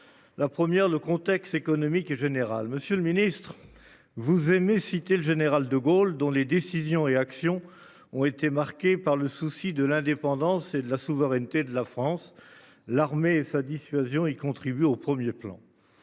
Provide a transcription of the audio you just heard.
La première, le contexte économique général. Monsieur le Ministre, vous aimez citer le général de Gaulle dont les décisions et actions ont été marquées par le souci de l'indépendance et la souveraineté de la France. L'armée sa dissuasion il contribue au 1er plan.